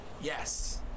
Yes